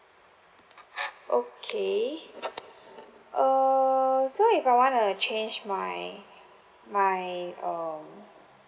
okay err so if I wanna change my my um